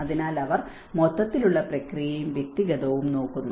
അതിനാൽ അവർ മൊത്തത്തിലുള്ള പ്രക്രിയയും വ്യക്തിഗതവും നോക്കുന്നു